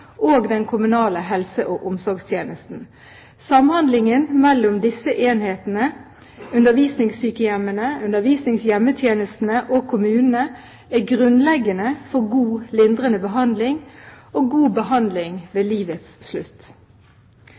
og den kommunale helse- og omsorgstjenesten. Samhandlingen mellom disse enhetene, undervisningssykehjemmene, undervisningshjemmetjenestene og kommunene er grunnleggende for god lindrende behandling og god behandling ved livets slutt.